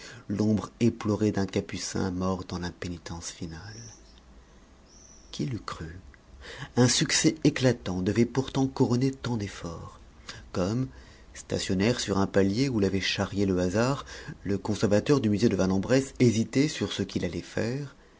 l'ombre éplorée d'un capucin mort dans l'impénitence finale qui l'eût cru un succès éclatant devait pourtant couronner tant d'efforts comme stationnaire sur un palier où l'avait charrié le hasard le conservateur du musée de vanne en bresse hésitait sur ce qu'il allait faire